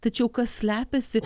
tačiau kas slepiasi